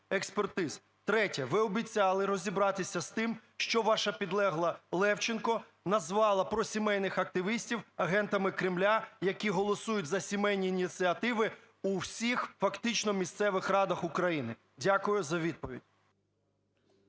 експертиз. Третє. Ви обіцяли розібратися з тим, що ваша підлеглаЛевченко назвала просімейних активістів агентами Кремля, які голосують за сімейні ініціативи у всіх фактично місцевих радах України. Дякую за відповідь.